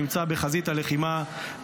שנמצא בחזית הלחימה,